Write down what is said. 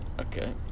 Okay